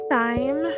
time